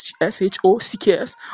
S-H-O-C-K-S